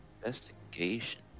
Investigation